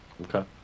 Okay